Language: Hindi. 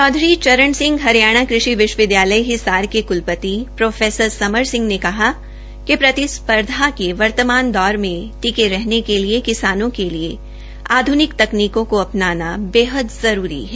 चौधरी चरण सिंह हरियाणा कृषि विश्वविद्यालयहिसार के कूल ति प्रोफेसर समर सिंह ने कहा कि प्रतिस् र्धा के वर्तमान दौर में टिके रहने के लिए किसानों के लिए आध्निक तकनीकों को अ नाना बेहद जरूरी है